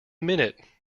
minute